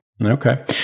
Okay